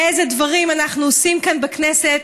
איזה דברים אנחנו עושים כאן בכנסת